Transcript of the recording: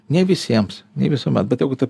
ne visiems ne visuomet bet jeigu taip